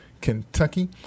Kentucky